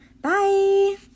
Bye